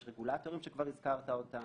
יש רגולטורים שכבר הזכרת אותם.